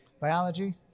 Biology